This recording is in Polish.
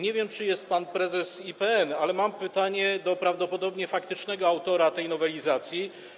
Nie wiem, czy jest pan prezes IPN, ale mam pytanie do prawdopodobnie faktycznego autora tej nowelizacji.